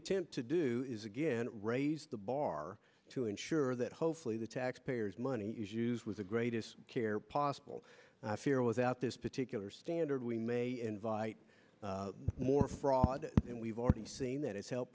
attempt to do is again raise the bar to ensure that hopefully the taxpayers money is used with the greatest care possible i fear without this particular standard we may invite more fraud and we've already seen that it's helped